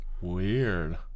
Weird